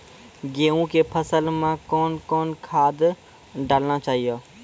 गेहूँ के फसल मे कौन कौन खाद डालने चाहिए?